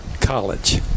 College